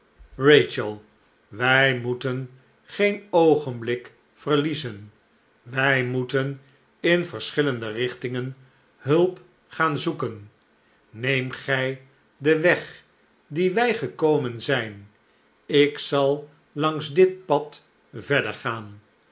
wij moeten geen oogenblik verliezen wij moeten in verschillende richtingen hulp gaan zoeken neem gij den weg dien wij gekomen zijn ik zal langs dit pad verder gaan